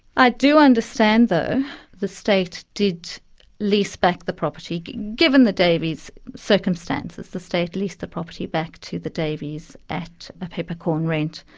i do understand, though, the the state did lease back the property. given the davies' circumstances, the state leased the property back to the davies at a peppercorn rent,